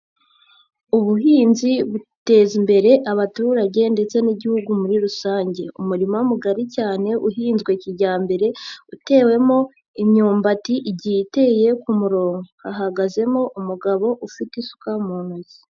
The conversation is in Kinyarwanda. Ubuhinzi buteza imbere abaturage ndetse n'igihugu muri rusange, umurima mugari cyane uhinzwe kijyambere utewemo imyumbati igiye iteye ku murongo hahazemo umugabo ufite isuka mu ntoki.